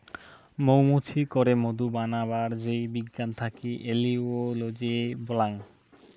মৌ মুচি করে মধু বানাবার যেই বিজ্ঞান থাকি এপিওলোজি বল্যাং